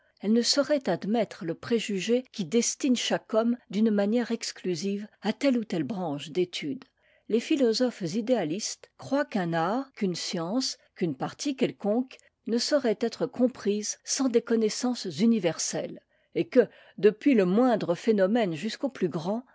elle ne saurait admettre le préjugé qui destine chaque homme d'une manière exclusive à telle ou telle branche d'études les philosophes idéalistes croient qu'un art qu'une science qu'une partie quelconque ne saurait être comprise sans des connaissances universelles et que depuis le moindre phénomène jusqu'au plus grand